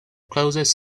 closest